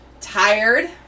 tired